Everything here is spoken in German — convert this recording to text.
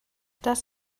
das